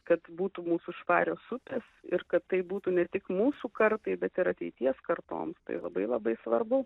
kad būtų mūsų švarios upės ir kad tai būtų ne tik mūsų kartai bet ir ateities kartoms tai labai labai svarbu